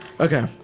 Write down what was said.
Okay